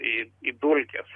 į į dulkes